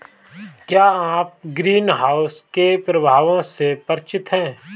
क्या आप ग्रीनहाउस के प्रभावों से परिचित हैं?